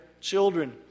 children